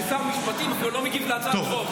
ששר המשפטים אפילו לא מגיב על הצעת החוק,